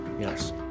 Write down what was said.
yes